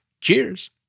Cheers